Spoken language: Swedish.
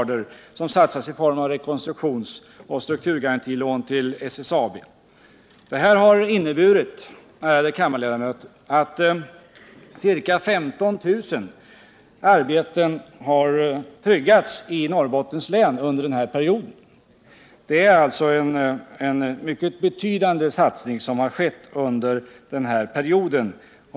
Detta har, ärade kammarledamöter, inneburit att ca 15 000 arbeten har tryggats i Norrbottens län under denna period. Det är alltså en mycket betydande satsning som skett.